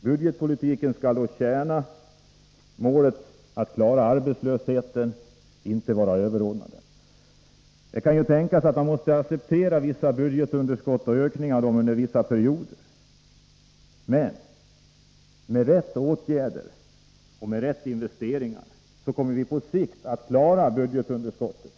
Budgetpolitiken skall då tjäna målet att klara arbetslösheten, inte vara överordnad den. Det kan tänkas att man måste acceptera vissa budgetunderskott och att öka dem under vissa perioder. Men med rätta åtgärder och rätta investeringar kommer vi på sikt att klara budgetunderskottet.